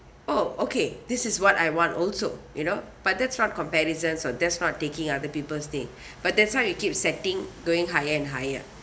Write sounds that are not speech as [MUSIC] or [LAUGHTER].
oh okay this is what I want also you know but that's not comparisons on that's not taking other people's thing [BREATH] but that's how you keep setting going higher and higher